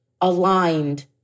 aligned